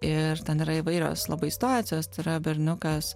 ir ten yra įvairios labai situacijos tai yra berniukas